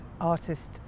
Artist